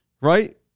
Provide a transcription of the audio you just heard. right